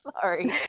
Sorry